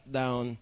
down